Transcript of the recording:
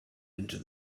into